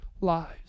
lives